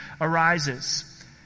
arises